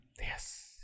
Yes